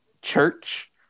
Church